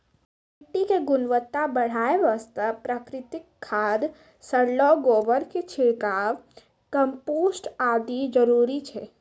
मिट्टी के गुणवत्ता बढ़ाय वास्तॅ प्राकृतिक खाद, सड़लो गोबर के छिड़काव, कंपोस्ट आदि जरूरी छै